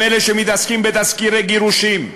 הם אלה שמתעסקים בתסקירי גירושין,